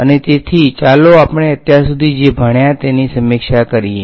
અને તેથી ચાલો આપણે અત્યાર સુધી જે ભણ્યા તેની સમીક્ષા કરીએ